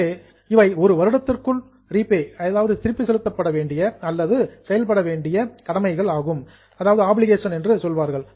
எனவே இவை 1 வருடத்திற்குள் ரீபெய்டு திருப்பிச் செலுத்தப்பட வேண்டிய அல்லது பெர்ஃபார்ம்டு செயல்பட வேண்டிய ஆப்பிளிகேஷன்ஸ் கடமைகள் ஆகும்